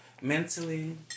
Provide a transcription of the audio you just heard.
mentally